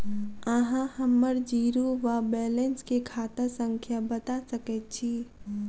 अहाँ हम्मर जीरो वा बैलेंस केँ खाता संख्या बता सकैत छी?